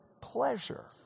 pleasure